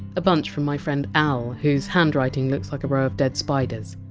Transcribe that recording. a bunch from my friend al, whose handwriting looks like a row of dead spiders.